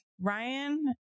Ryan